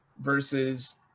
versus